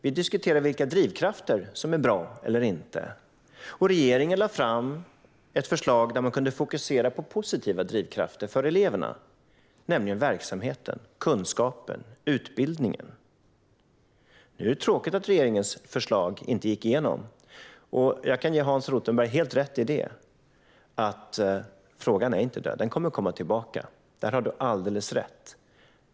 Vi diskuterar vilka drivkrafter som är bra eller inte. Regeringen lade fram ett förslag där man kunde fokusera på positiva drivkrafter för eleverna, nämligen verksamheten, kunskapen och utbildningen. Det är tråkigt att regeringens förslag inte gick igenom. Jag kan ge Hans Rothenberg helt rätt i att frågan inte är död. Den kommer att komma tillbaka. Där har du alldeles rätt.